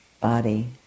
body